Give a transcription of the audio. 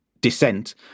descent